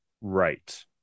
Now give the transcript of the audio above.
right